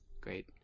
great